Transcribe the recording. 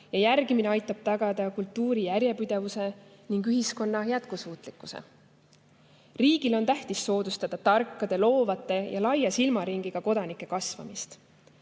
ja järgimine aitab tagada kultuuri järjepidevuse ning ühiskonna jätkusuutlikkuse. Riigile on tähtis soodustada tarkade, loovate ja laia silmaringiga kodanike kasvamist.